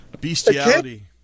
bestiality